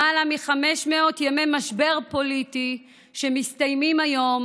למעלה מ-500 ימי משבר פוליטי מסתיימים היום